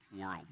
world